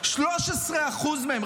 13% מהם,